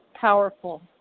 powerful